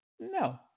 No